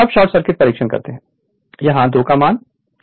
अब short circuit परीक्षण यहां K 2 है